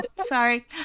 sorry